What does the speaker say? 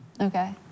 Okay